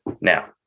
Now